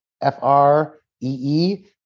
F-R-E-E